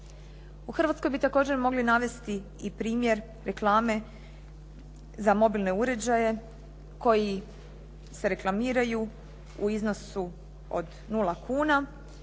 U Hrvatskoj bi također mogli navesti i primjer reklame za mobilne uređaje koji se reklamiraju u iznosu od nula kuna,